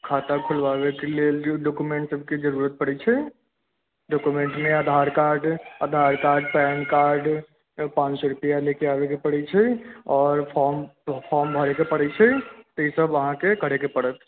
खाता खोलबाबै के लेल जे डॉक्यूमेंट सबके जरुरत पड़ै छै डॉक्यूमेंट मे आधार कार्ड पैन कार्ड पाॅंच सए रुपैआ लेके आबए के पड़ै छै आओर फॉर्म भरे के पड़ै छै से सब अहाँके करय के पड़त